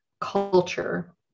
culture